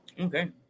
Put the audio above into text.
Okay